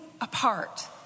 apart